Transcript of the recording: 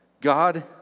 God